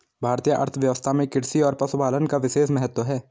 भारतीय अर्थव्यवस्था में कृषि और पशुपालन का विशेष महत्त्व है